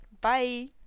bye